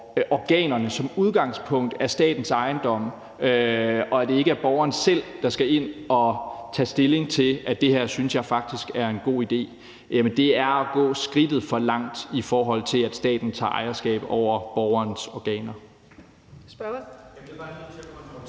organerne som udgangspunkt er statens ejendom og det ikke er borgeren selv, der skal ind at tage stilling til, at det her synes man faktisk er en god idé – er at gå et skridt for langt, i forhold til at staten tager ejerskab over borgerens organer.